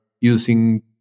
using